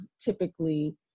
typically